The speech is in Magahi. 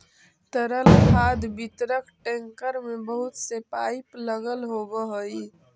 तरल खाद वितरक टेंकर में बहुत से पाइप लगल होवऽ हई